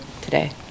today